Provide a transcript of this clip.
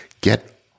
Get